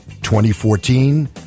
2014